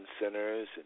centers